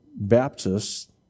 Baptists